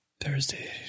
Thursday